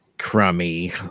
crummy